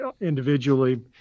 individually